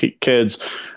kids